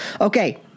Okay